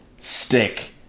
stick